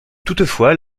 toutefois